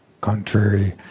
Contrary